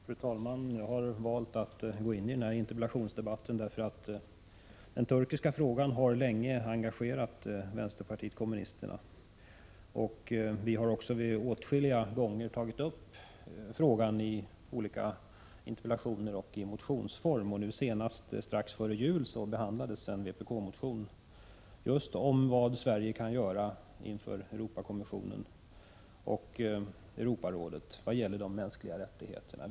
Fru talman! Jag har valt att gå in i denna interpellationsdebatt därför att den turkiska frågan länge har engagerat vänsterpartiet kommunisterna. Vi har också åtskilliga gånger tagit upp frågan i interpellationer och motioner. Senast strax före jul behandlades en vpk-motion just om vad Sverige kan göra vad gäller de mänskliga rättigheterna inför Europakommissionen och Europarådet.